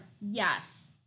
Yes